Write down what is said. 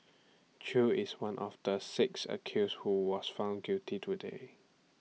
chew is one of the six accused who was found guilty today